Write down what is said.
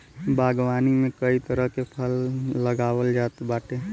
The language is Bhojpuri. बागवानी में कई तरह के फल लगावल जात बाटे